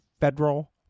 federal